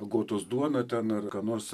agotos duoną ten ar ką nors